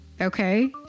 Okay